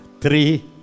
Three